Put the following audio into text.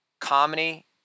comedy